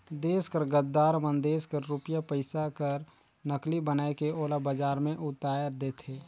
देस कर गद्दार मन देस कर रूपिया पइसा कर नकली बनाए के ओला बजार में उताएर देथे